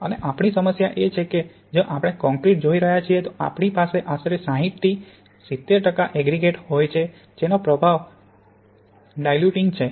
અને અમારી સમસ્યા એ છે કે જો આપણે કોંક્રિટ જોઈ રહ્યા છીએ તો આપણી પાસે આશરે 60 થી 70 ટકા એગ્રિગેટ હોય છે જેનો પ્રભાવ ડાયલ્યુટિંગ છે